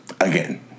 again